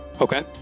Okay